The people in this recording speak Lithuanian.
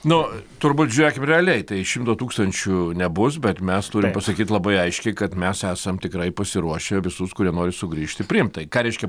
nu turbūt žiūrėkim realiai tai šimto tūkstančių nebus bet mes turim pasakyt labai aiškiai kad mes esam tikrai pasiruošę visus kurie nori sugrįžti priimt tai ką reiškia